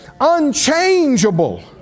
unchangeable